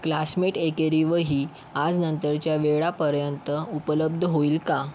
classmate एकेरी वही आजनंतरच्या वेळापर्यंत उपलब्ध होईल का